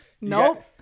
nope